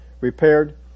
repaired